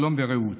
שלום ורעות.